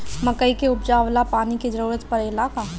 मकई के उपजाव ला पानी के जरूरत परेला का?